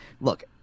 Look